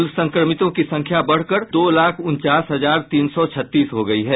कुल संक्रमितों की संख्या बढ़कर दो लाख उनचास हजार तीन सौ छत्तीस हो गयी है